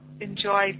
enjoy